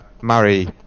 murray